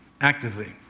actively